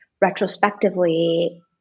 retrospectively